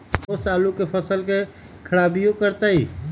ओस आलू के फसल के खराबियों करतै?